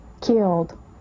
killed